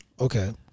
Okay